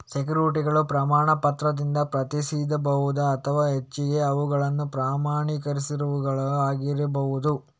ಸೆಕ್ಯುರಿಟಿಗಳನ್ನು ಪ್ರಮಾಣ ಪತ್ರದಿಂದ ಪ್ರತಿನಿಧಿಸಬಹುದು ಅಥವಾ ಹೆಚ್ಚಾಗಿ ಅವುಗಳು ಪ್ರಮಾಣೀಕರಿಸದವುಗಳು ಆಗಿರಬಹುದು